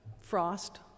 Frost